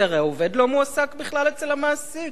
כי הרי העובד לא מועסק בכלל אצל המעסיק,